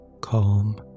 Calm